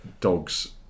dogs